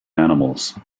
animals